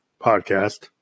podcast